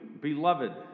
beloved